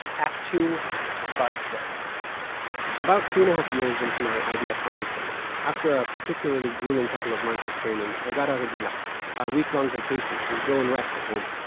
act two buzz kill about two and a half years into my idf army service, after a particularly grueling couple of months of training, i got a regila a week long vacation, to go and rest at home.